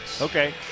Okay